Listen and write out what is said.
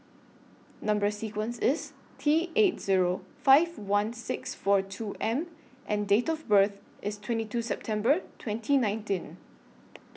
Number sequence IS T eight Zero five one six four two M and Date of birth IS twenty two September twenty nineteen